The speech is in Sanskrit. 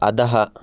अधः